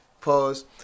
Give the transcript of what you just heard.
Pause